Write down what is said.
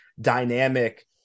dynamic